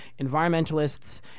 environmentalists